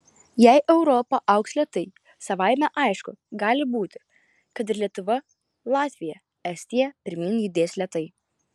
jei europa augs lėtai savaime aišku gali būti kad ir lietuva latvija estija pirmyn judės lėtai